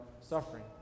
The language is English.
suffering